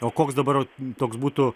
o koks dabar toks būtų